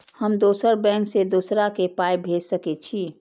हम दोसर बैंक से दोसरा के पाय भेज सके छी?